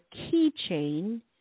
keychain